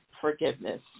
forgiveness